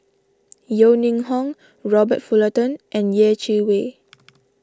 Yeo Ning Hong Robert Fullerton and Yeh Chi Wei